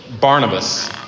Barnabas